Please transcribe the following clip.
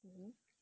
mmhmm